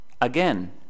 Again